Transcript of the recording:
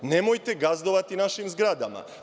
Nemojte gazdovati našim zgradama.